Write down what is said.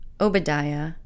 Obadiah